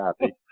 happy